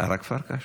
אה, רק פרקש?